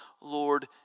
Lord